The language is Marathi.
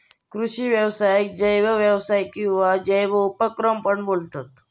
कृषि व्यवसायाक जैव व्यवसाय किंवा जैव उपक्रम पण बोलतत